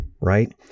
right